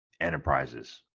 Enterprises